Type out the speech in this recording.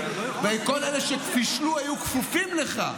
וכל אלה שפישלו היו כפופים לך,